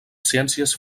ciències